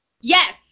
Yes